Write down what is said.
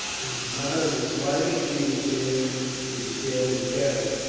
it is not of the slightest use adding to the sail we carry,